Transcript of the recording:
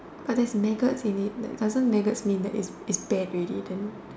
but there is like maggots in it like doesn't maggots mean that it's it's bad already